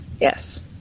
Yes